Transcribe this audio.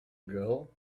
girl